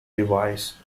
device